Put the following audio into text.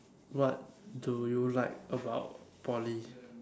what do you like about Poly